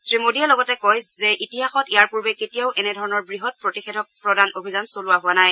শ্ৰীমোদীয়ে লগতে কয় যে অতিহাসত ইয়াৰ পূৰ্বে কেতিয়াও এনে ধৰণৰ বৃহৎ প্ৰতিষেধক প্ৰদান অভিযান চলোৱা হোৱা নাই